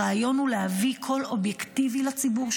הרעיון הוא להביא קול אובייקטיבי לציבור,